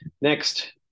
Next